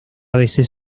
veces